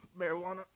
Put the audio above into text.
marijuana